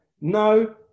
no